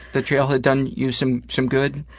that jail had done you some, some good?